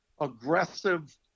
aggressive